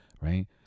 right